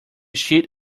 sheet